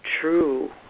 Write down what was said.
true